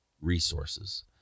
resources